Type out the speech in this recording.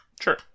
Sure